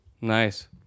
Nice